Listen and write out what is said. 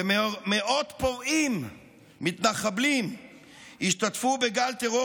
ומאות פורעים מתנחבלים השתתפו בגל טרור